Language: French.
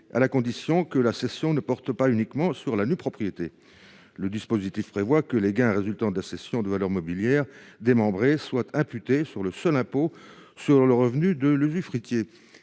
à la condition que la cession ne porte pas uniquement sur la nue propriété. Les gains résultant de la cession de valeurs mobilières démembrées seraient imputés sur le seul impôt sur le revenu de l’usufruitier.